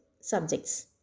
subjects